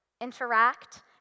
interact